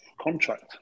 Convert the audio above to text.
contract